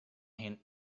him